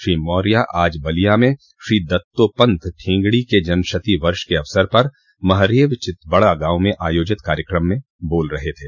श्री मौर्य आज बलिया में श्री दत्तोपन्त ठेंगड़ी के जन्मशती वर्ष के अवसर पर महरेब चितबड़ा गाँव में आयोजित कार्यक्रम में बोल रह थे